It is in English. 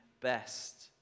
best